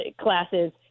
classes